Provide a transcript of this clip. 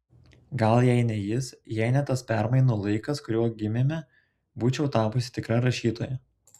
gal jei ne jis jei ne tas permainų laikas kuriuo gimėme būčiau tapusi tikra rašytoja